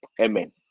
amen